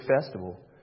festival